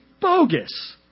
bogus